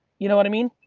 you know what i mean?